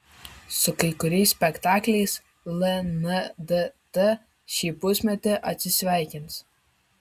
su kai kuriais spektakliais lndt šį pusmetį atsisveikins